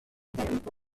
tempo